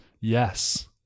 Yes